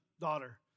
daughter